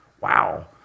wow